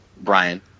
Brian